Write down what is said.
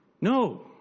No